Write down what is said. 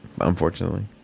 unfortunately